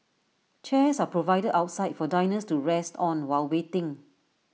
chairs are provided outside for diners to rest on while waiting